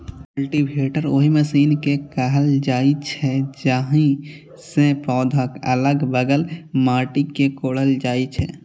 cultivator ओहि machine कें कहल जाइ छै, जाहि सं पौधाक अलग बगल माटि कें कोड़ल जाइ छै